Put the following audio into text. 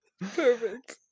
Perfect